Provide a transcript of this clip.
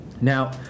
Now